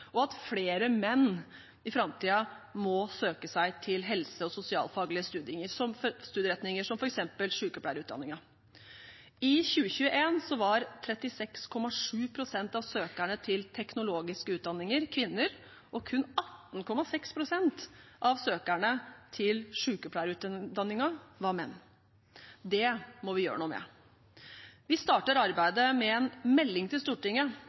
og at flere menn i framtiden må søke seg til helse- og sosialfaglige studieretninger, som f.eks. sykepleierutdanningen. I 2021 var 36,7 pst. av søkerne til teknologiske utdanninger kvinner, og kun 18,6 pst. av søkerne til sykepleierutdanningen var menn. Det må vi gjøre noe med. Vi starter arbeidet med en melding til Stortinget